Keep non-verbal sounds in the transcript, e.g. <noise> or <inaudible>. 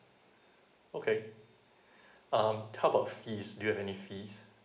okay <breath> um talk about fees do have any fees